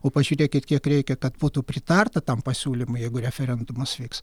o pažiūrėkit kiek reikia kad būtų pritarta tam pasiūlymui jeigu referendumas vyks